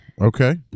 Okay